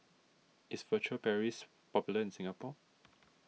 is Furtere Paris popular in Singapore